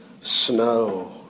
snow